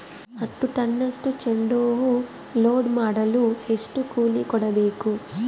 ಹತ್ತು ಟನ್ನಷ್ಟು ಚೆಂಡುಹೂ ಲೋಡ್ ಮಾಡಲು ಎಷ್ಟು ಕೂಲಿ ಕೊಡಬೇಕು?